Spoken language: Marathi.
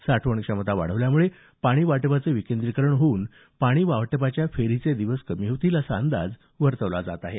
साठवण क्षमत वाढवल्यामुळे पाणी वाटपाचं विकेंद्रीकरण होऊन पाणी वाटपाच्या फेरीचे दिवस कमी होतील असा अंदाज वर्तवला जात आहे